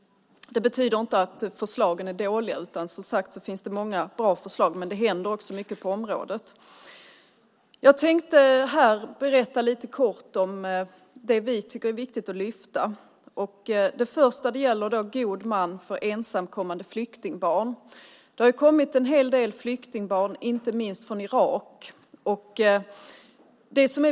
Det betyder således inte att förslagen är dåliga, utan det finns, som sagt, många bra förslag. Samtidigt händer det mycket på området. Jag tänkte berätta lite kort om det som vi tycker är viktigt att lyfta fram. Det första gäller god man för ensamkommande flyktingbarn. Det har kommit en hel del flyktingbarn, inte minst från Irak.